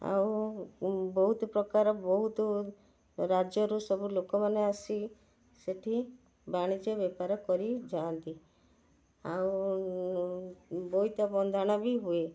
ଆଉ ବହୁତ ପ୍ରକାର ବହୁତ ରାଜ୍ୟରୁ ସବୁ ଲୋକମାନେ ଆସି ସେଠି ବାଣିଜ୍ୟ ବେପାର କରି ଯାଆନ୍ତି ଆଉ ବୋଇତ ବନ୍ଦାଣ ବି ହୁଏ